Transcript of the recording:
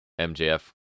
MJF